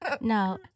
No